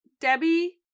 Debbie